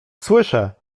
słyszę